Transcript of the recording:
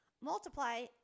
Multiply